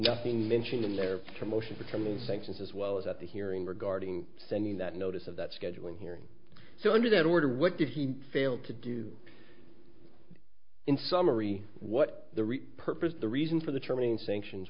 nothing mentioned in their motion becoming sanctions as well as at the hearing regarding sending that notice of that scheduling hearing so under that order what did he fail to do in summary what the repurposed the reason for the trimming sanctions